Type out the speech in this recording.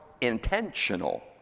intentional